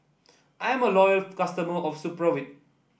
I'm a loyal customer of Supravit